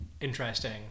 interesting